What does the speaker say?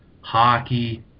hockey